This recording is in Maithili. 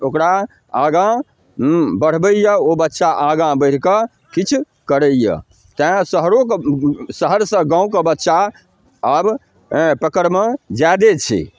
ओकरा आगाँ हुँ बढ़बै ए ओ बच्चा आगाँ बढ़िकऽ किछु करैए तेँ शहरोके शहरसँ गामके बच्चा आबै पकड़मे जादे छै